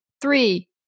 three